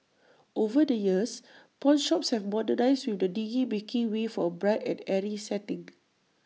over the years pawnshops have modernised with the dingy making way for A bright and airy setting